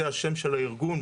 זה השם של הארגון,